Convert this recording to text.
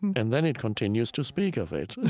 and then it continues to speak of it.